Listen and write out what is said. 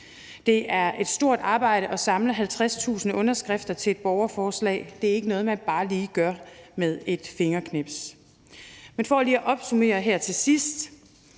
Det er et stort arbejde at samle 50.000 underskrifter til et borgerforslag. Det er ikke noget, man bare lige gør med et fingerknips. Men for lige her til sidst